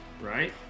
Right